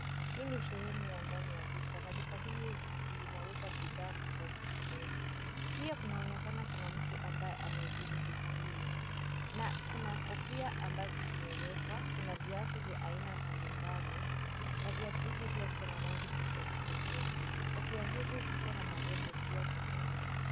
Hii ni sehemu ya ndani ya duka, na duka hili linauza bidhaa tofauti. Pia kunaonekana kuna mtu ambaye amezuru duka hili, na kuna kofia ambazo zimewekwa. Kuna viatu vya aina mbalimbali, na viatu hivi pia viko na rangi tofauti tofauti. Kofia hizi ziko na marembo pia tofauti.